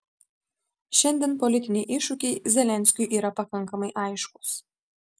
šiandien politiniai iššūkiai zelenskiui yra pakankamai aiškūs